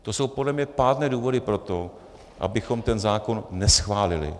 To jsou podle mě pádné důvody pro to, abychom ten zákon neschválili.